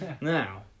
Now